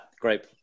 Great